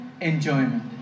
enjoyment